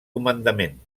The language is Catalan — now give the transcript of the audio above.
comandament